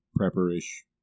prepper-ish